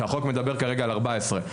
כשהחוק מדבר כרגע על 14,